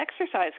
exercise